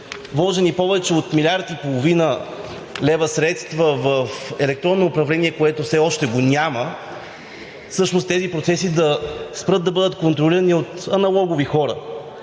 вложени повече от милиард и половина лева средства в електронно управление, което все още го няма, тези процеси да спрат да бъдат контролирани от аналогови хора.